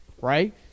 right